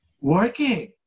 working